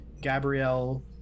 Gabrielle